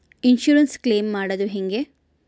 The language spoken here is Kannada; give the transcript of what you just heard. ಇನ್ಸುರೆನ್ಸ್ ಕ್ಲೈಮ್ ಮಾಡದು ಹೆಂಗೆ?